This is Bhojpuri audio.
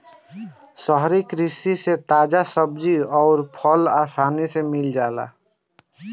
शहरी कृषि से ताजा सब्जी अउर फल आसानी से मिल जाला